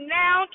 now